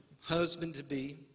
husband-to-be